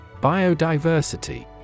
Biodiversity